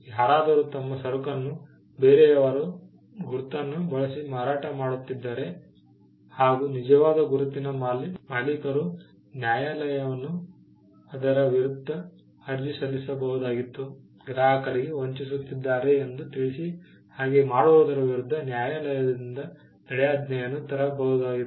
ಯಾರಾದರೂ ತಮ್ಮ ಸರಕನ್ನು ಬೇರೆಯವರ ಗುರುತನ್ನು ಬಳಸಿ ಮಾರಾಟ ಮಾಡುತ್ತಿದ್ದರೆ ಹಾಗೂ ನಿಜವಾದ ಗುರುತಿನ ಮಾಲೀಕರು ನ್ಯಾಯಾಲಯವನ್ನು ಅದರ ವಿರುದ್ಧ ಅರ್ಜಿ ಸಲ್ಲಿಸಬಹುದಾಗಿತ್ತು ಗ್ರಾಹಕರಿಗೆ ವಂಚಿಸುತ್ತಿದ್ದಾರೆ ಎಂದು ತಿಳಿಸಿ ಹಾಗೆ ಮಾಡುವುದರ ವಿರುದ್ಧ ನ್ಯಾಯಾಲಯದಿಂದ ತಡೆಯಾಜ್ಞೆಯನ್ನು ತರಬಹುದಾಗಿತ್ತು